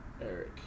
Eric